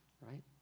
right